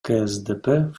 ксдп